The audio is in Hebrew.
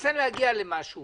נסה להגיע למשהו